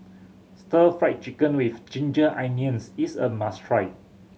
Stir Fried Chicken With Ginger Onions is a must try